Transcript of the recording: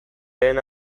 lehen